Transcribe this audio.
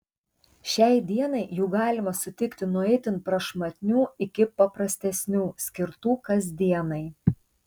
šiai dienai jų galima sutikti nuo itin prašmatnių iki paprastesnių skirtų kasdienai